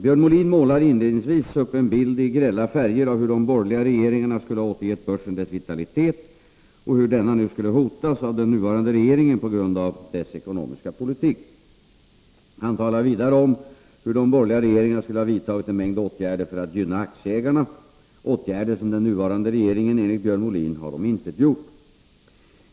Björn Molin målar inledningsvis upp en bild i grälla färger av hur de borgerliga regeringarna skulle ha återgett börsen dess vitalitet och hur denna nu skulle hotas av den nuvarande regeringen på grund av dess ekonomiska politik. Han talar vidare om hur de borgerliga regeringarna skulle ha vidtagit en mängd åtgärder för att gynna aktieägarna, åtgärder som den nuvarande regeringen enligt Björn Molin har omintetgjort.